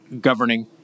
governing